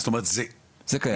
זה קיים.